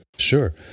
Sure